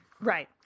Right